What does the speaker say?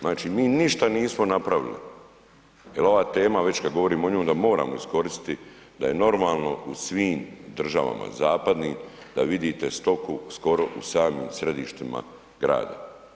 Znači mi ništa nismo napravili jer ova tema već kad govorimo o njoj, onda moramo iskoristiti da je normalno u svim državama zapadnim da vidite stoku skoro u samim središtima grada.